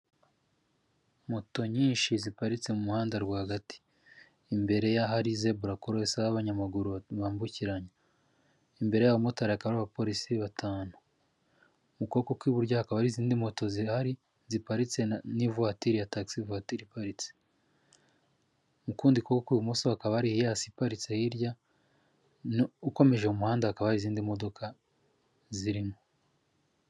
moto nyinshi ziparitse mu muhanda rwagati imbere yahaze braco isaba abanyamaguru bambukiranya imbere y'abamotarikari abapolisi batanu mukoko k'iburyo akaba arizindi moto zihari ziparitse na n'ivoiture yataxi voiture iparitse mukundi koko ibumoso akaba ari yasparitse hirya ukomeje umuhanda hakaba izindi modoka zirimo